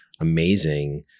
amazing